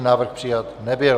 Návrh přijat nebyl.